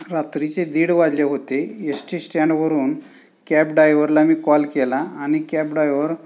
रात्रीचे दीड वाजले होते एस टी स्टँडवरून कॅब डायव्हरला मी कॉल केला आणि कॅब ड्रायवर